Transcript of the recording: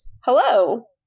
Hello